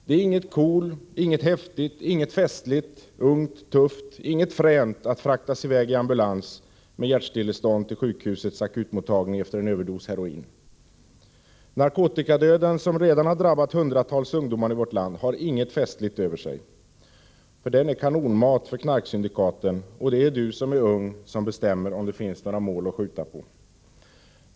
Det är inte ”cool”, häftigt, festligt, ungt, tufft eller fränt att fraktas i väg i ambulans till sjukhusets akutmottagning med hjärtstillestånd efter en överdos heroin. Narkotikadöden, som redan har drabbat hundratals ungdomar i vårt land, har inget festligt över sig. Det är fråga om kanonmat för knarksyndikaten, och det är du som är ung som bestämmer om det skall finnas några mål att skjuta på.